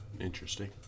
Interesting